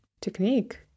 technique